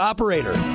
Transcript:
Operator